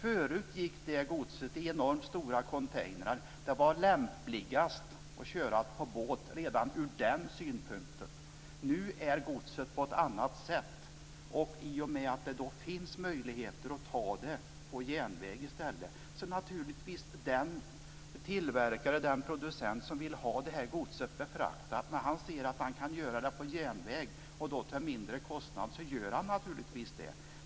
Förut gick det godset i enormt stora containrar. Det var lämpligast att köra på båt redan ur den synpunkten. Nu ser godset ut på ett annat sätt. Det finns möjligheter att ta det på järnväg i stället. När tillverkaren ser att han kan frakta godset på järnväg till en lägre kostnad gör han naturligtvis det.